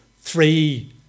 three